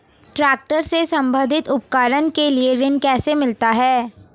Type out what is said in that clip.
Tractor से संबंधित उपकरण के लिए ऋण कैसे मिलता है?